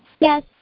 Yes